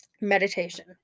Meditation